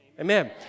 Amen